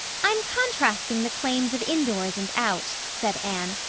i'm contrasting the claims of indoors and out, said anne,